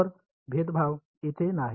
तर भेदभाव तेथे नाही